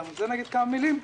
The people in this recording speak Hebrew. וגם על זה אגיד כמה מילים,